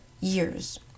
years